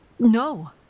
No